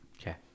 okay